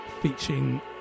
featuring